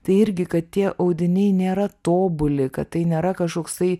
tai irgi kad tie audiniai nėra tobuli kad tai nėra kažkoksai